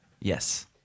yes